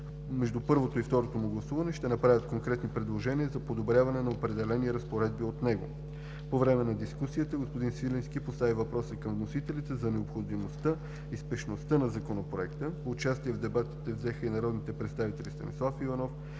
между първото му и второ гласуване ще направят конкретни предложения за подобряване на определени разпоредби от него. По време на дискусията господин Свиленски постави въпроса към вносителите за необходимостта и спешността на Законопроекта. Участие в дебатите взеха и народните представители Станислав Иванов,